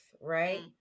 right